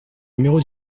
numéro